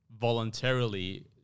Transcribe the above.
voluntarily